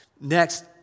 Next